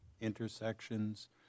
intersections